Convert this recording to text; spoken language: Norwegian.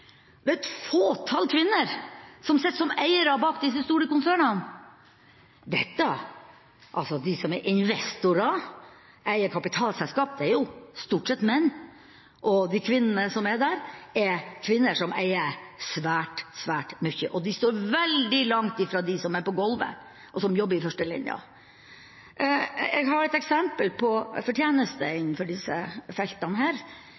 det er et fåtall kvinner som sitter som eiere bak disse store konsernene! De som er investorer og eier kapitalselskap, er jo stort sett menn, og de kvinnene som er der, er kvinner som eier svært, svært mye. De står veldig langt fra dem som er på golvet, og som jobber i førstelinja. Jeg har et eksempel på fortjeneste innenfor disse feltene.